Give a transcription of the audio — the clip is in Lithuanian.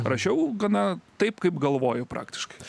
rašiau gana taip kaip galvoju praktiškai